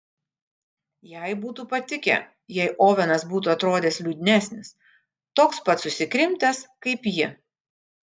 jai būtų patikę jei ovenas būtų atrodęs liūdnesnis toks pat susikrimtęs kaip ji